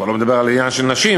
אני כבר לא מדבר על העניין של נשים.